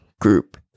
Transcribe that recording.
group